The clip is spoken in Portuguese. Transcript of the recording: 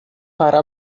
para